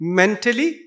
mentally